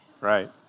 right